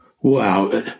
Wow